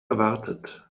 erwartet